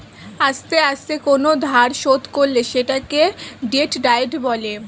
আস্তে আস্তে কোন ধার শোধ করলে সেটাকে ডেট ডায়েট বলে